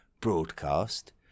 broadcast